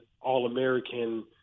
All-American